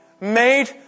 made